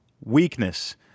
weakness